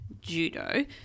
Judo